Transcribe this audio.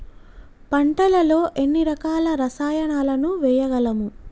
పంటలలో ఎన్ని రకాల రసాయనాలను వేయగలము?